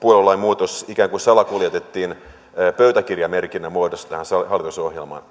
puoluelain muutos ikään kuin salakuljetettiin pöytäkirjamerkinnän muodossa tähän hallitusohjelmaan